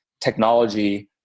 technology